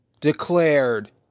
declared